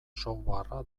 softwarea